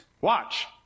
watch